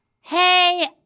Hey